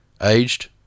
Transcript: Aged